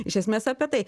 iš esmės apie tai